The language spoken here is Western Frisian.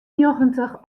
njoggentich